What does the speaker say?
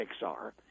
Pixar